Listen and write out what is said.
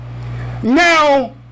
Now